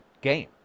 game